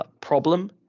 problem